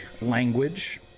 language